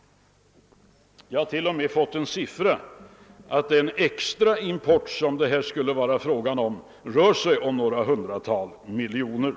Jag har t.o.m. fått en siffra: den extra import som det här skulle vara fråga om rör sig om några hundra miljoner.